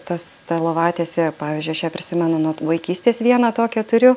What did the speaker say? tas ta lovatiesė pavyzdžiui aš ją prisimenu nuo vaikystės vieną tokią turiu